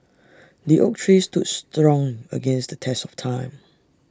the oak tree stood strong against the test of time